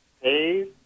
Hey